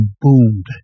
boomed